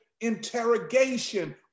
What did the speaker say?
Interrogation